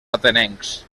atenencs